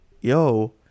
yo